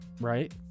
Right